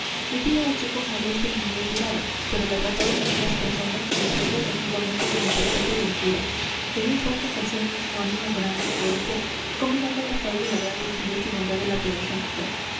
con modestia y muy retirada pero la trataban algunas personas y entre ellas asiduamente doña perpetua y el cura que bien pronto ejercieron en su ánimo grande influencia convidándoles a ello la gran sencillez y bondad de la piadosa mujer